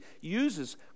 uses